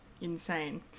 Insane